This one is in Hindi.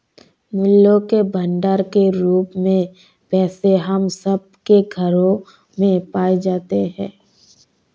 मूल्य के भंडार के रूप में पैसे हम सब के घरों में पाए जाते हैं